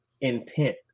intent